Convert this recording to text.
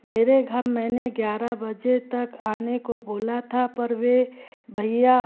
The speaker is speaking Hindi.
मेरे घर मैंने ग्यारह बजे तक आने को बोला था पर वे भैया